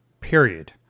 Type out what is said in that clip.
Period